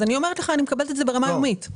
אני מקבלת את זה ברמה יומית.